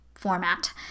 format